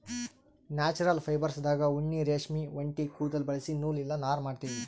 natural ಫೈಬರ್ಸ್ದಾಗ್ ಉಣ್ಣಿ ರೇಷ್ಮಿ ಒಂಟಿ ಕುದುಲ್ ಬಳಸಿ ನೂಲ್ ಇಲ್ಲ ನಾರ್ ಮಾಡ್ತೀವಿ